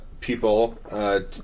people